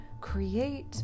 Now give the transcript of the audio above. create